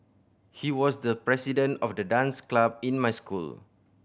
he was the president of the dance club in my school